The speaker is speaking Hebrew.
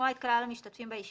את הסעיף הקטן הזה?